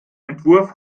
entwurf